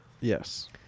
Yes